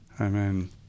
Amen